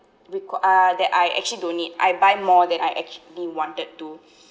require uh that I actually don't need I buy more than I actually wanted to